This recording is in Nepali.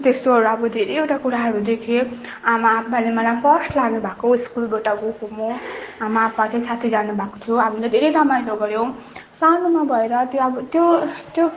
त्यस्तोहरू अब धेरैवटा कुराहरू देखेँ आमा आपाले मलाई फर्स्ट लानु भएको स्कुलबाट गएको म आमा आपा चाहिँ साथी जानु भएको थियो हामीले धेरै रमाइलो गऱ्यौँ सानोमा भएर त्यो अब त्यो त्यो